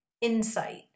insight